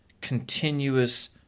continuous